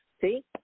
See